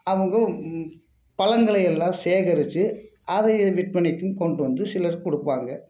அவங்க பழங்களை எல்லாம் சேகரித்து அதை விற்பனைக்கும் கொண்டு வந்து சிலர் கொடுப்பாங்க